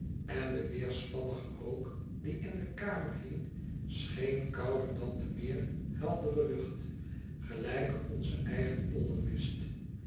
en de weerspannige rook die in de kamer hing scheen kouder dan de meer heldere lucht gelijk onze eigen